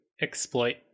exploit